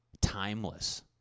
timeless